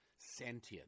sentient